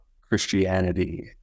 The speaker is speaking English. Christianity